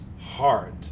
heart